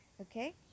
Okay